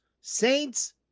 Saints